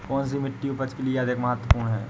कौन सी मिट्टी उपज के लिए अधिक महत्वपूर्ण है?